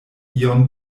ion